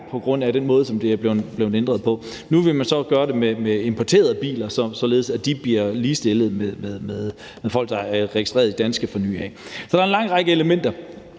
på grund af den måde, det er blevet ændret på. Nu vil man så gøre det med importerede biler, således at de bliver ligestillet med dem, der som nye er registreret som danske. Så der er en lang række elementer